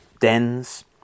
dens